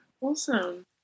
Awesome